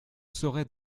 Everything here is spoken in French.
saurait